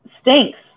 stinks